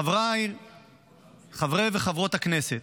חבריי חברי וחברות הכנסת,